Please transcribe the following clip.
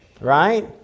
Right